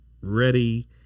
ready